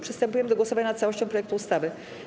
Przystępujemy do głosowania nad całością projektu ustawy.